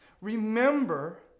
Remember